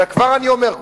וכבר אני אומר.